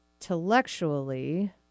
intellectually